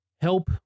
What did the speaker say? help